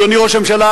אדוני ראש הממשלה,